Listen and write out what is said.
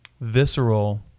visceral